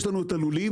יש לנו את הלולים,